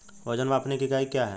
वजन मापने की इकाई क्या है?